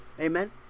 Amen